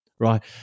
Right